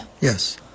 Yes